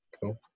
Cool